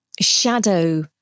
shadow